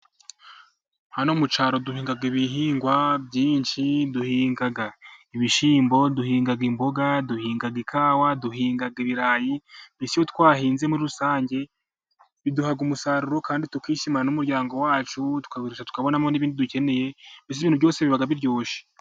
Hano mu cyaro duhinga ibihingwa byinshi, duhinga ibishyimbo, duhinga imboga, duhinga ikawa, duhinga ibirayi, bityo iyo twahinze muri rusange, biduha umusaruro kandi tukishimana n'umuryango wacu, tukagurisha tukabonamo n'ibindi dukeneye, mbese ibintu byose biba biryoshye.